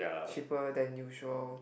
cheaper than usual